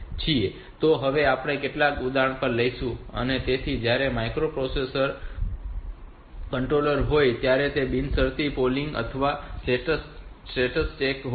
તો હવે આપણે કેટલાક ઉદાહરણ લઈશું તેથી જ્યારે તે માઈક્રોપ્રોસેસર કન્ટ્રોલર હોય ત્યારે તે બિનશરતી પોલિંગ અથવા સ્ટેટસ ચેક હોય છે